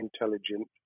intelligent